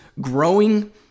growing